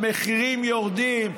המחירים יורדים.